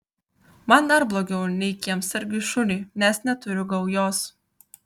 man dar blogiau nei kiemsargiui šuniui nes neturiu gaujos